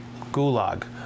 Gulag